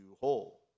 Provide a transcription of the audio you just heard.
whole